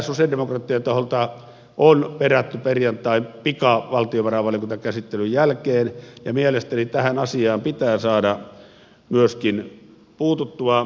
tätä sosialidemokraattien taholta on perätty perjantain pikavaltiovarainvaliokuntakäsittelyn jälkeen ja mielestäni tähän asiaan pitää saada myöskin puututtua